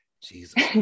Jesus